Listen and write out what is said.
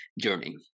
journey